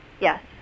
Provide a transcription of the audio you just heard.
yes